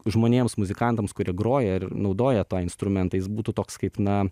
žmonėms muzikantams kurie groja ir naudoja instrumentais būtų toks kaip na